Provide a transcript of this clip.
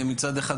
מצד אחד,